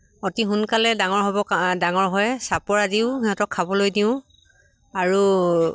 অতি সোনকালে ডাঙৰ হ'ব কা ডাঙৰ হয় চাপৰা দিওঁ সিহঁতক খাবলৈ দিওঁ আৰু